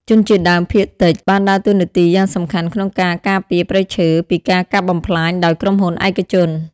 ជនជាតិដើមភាគតិចបានដើរតួនាទីយ៉ាងសំខាន់ក្នុងការ ការពារព្រៃឈើ ពីការកាប់បំផ្លាញដោយក្រុមហ៊ុនឯកជន។